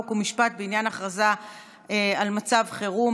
חוק ומשפט בעניין הכרזה על מצב חירום,